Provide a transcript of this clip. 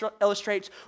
illustrates